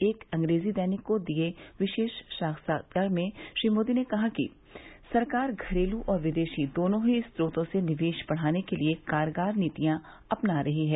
एक अंग्रेजी दैनिक को दिये विशेष साक्षात्कार में श्री मोदी ने कहा कि सरकार घरेलू और विदेशी दोनों ही च्रोतों से निवेश बढ़ाने के लिए कारगर नीतियां अपना रही है